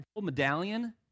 medallion